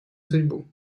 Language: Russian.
судьбу